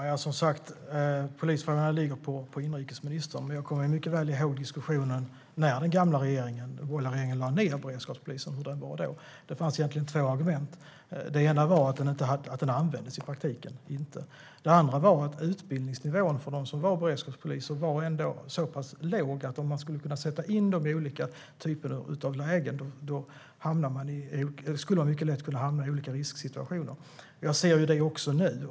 Herr talman! Polisfrågorna ligger på inrikesministern. Jag kommer mycket väl ihåg diskussionen när den gamla borgerliga regeringen lade ned beredskapspolisen. Det fanns egentligen två argument. Det ena var att den inte användes i praktiken. Det andra var att utbildningsnivån för dem som var beredskapspoliser var så pass låg att om man skulle sätta in den i olika typer av lägen skulle man mycket lätt kunna hamna i olika risksituationer. Jag ser det också nu.